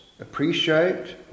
appreciate